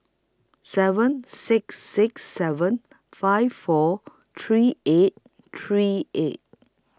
seven six six seven five four three eight three eight